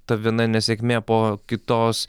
ta viena nesėkmė po kitos